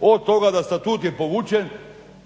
od toga da statut je povučen